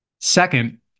Second